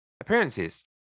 appearances